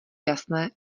jasné